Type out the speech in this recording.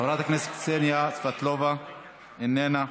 חברת הכנסת קסניה סבטלובה, איננה,